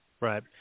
Right